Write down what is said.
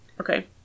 Okay